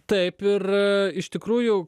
taip ir iš tikrųjų